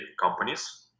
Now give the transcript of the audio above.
companies